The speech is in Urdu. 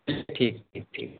ٹھیک ٹھیک ٹھیک